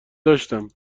داشتم